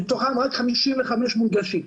מתוכם רק חמישים וחמישה מונגשים.